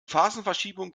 phasenverschiebung